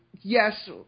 yes